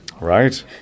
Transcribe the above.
Right